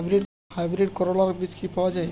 Hybrid করলার বীজ কি পাওয়া যায়?